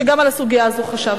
שגם על הסוגיה הזאת חשבתי.